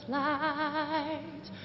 light